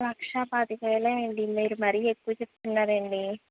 లక్షపాతికవేల అండి మీరు మరి ఎక్కువ చెప్తున్నారు అండి